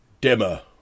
dimmer